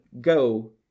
go